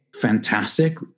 Fantastic